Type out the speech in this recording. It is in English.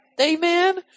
Amen